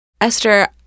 Esther